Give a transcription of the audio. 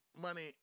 money